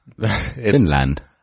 Finland